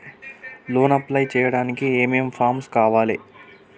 Loan apply చేయడానికి ఏం ఏం ఫామ్స్ కావాలే?